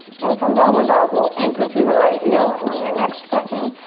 and from downward dog, we'll anchor through the right heel and on your next breath in,